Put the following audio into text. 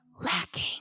lacking